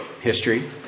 history